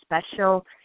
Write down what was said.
special